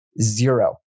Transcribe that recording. zero